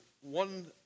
one